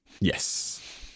Yes